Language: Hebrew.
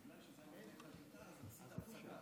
חבריי חברי הכנסת, אנחנו נמצאים לקראת